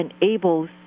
enables